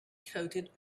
coated